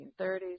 1930s